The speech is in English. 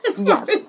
Yes